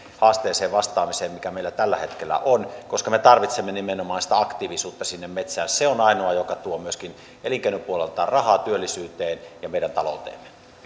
haasteeseen vastaamiseen mikä meillä tällä hetkellä on koska me tarvitsemme nimenomaan sitä aktiivisuutta sinne metsään se on ainoa joka tuo myöskin elinkeinopuolelta rahaa työllisyyteen ja meidän talouteemme